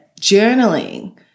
journaling